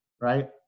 Right